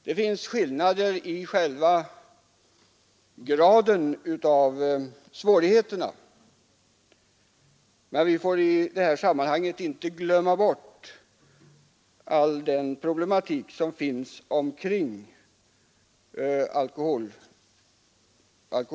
Det finns skillnader i själva graden av svårigheterna, men vi får i det här sammanhanget inte glömma bort all den problematik som finns omkring alkoholfrågan.